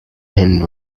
hands